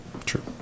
True